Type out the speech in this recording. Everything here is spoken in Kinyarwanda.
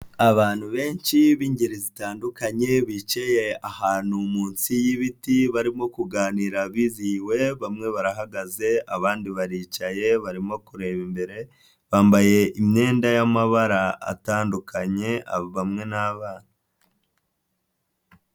Abantu benshi b'ingeri zitandukanye, bicaye ahantu munsi y'ibiti, barimo kuganira bizihiwe, bamwe barahagaze, abandi baricaye, barimo kureba imbere bambaye imyenda y'amabara atandukanye, bamwe ni abana.